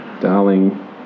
darling